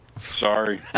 Sorry